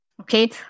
Okay